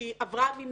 שהיא עברה ממילא.